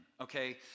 okay